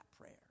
prayer